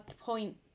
point